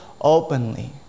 openly